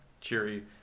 cheery